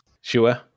Sure